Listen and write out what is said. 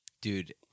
Dude